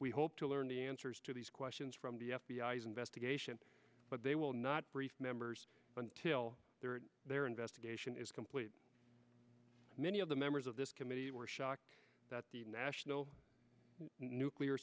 we hope to learn the answers to these questions from the f b i s investigation but they will not brief members until their investigation is complete many of the members of this committee were shocked that the national nuclear